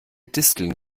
disteln